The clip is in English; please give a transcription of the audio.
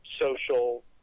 social